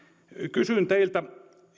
kysyn teiltä